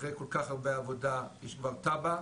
אחרי כל כך הרבה עבודה יש כבר תב"ע,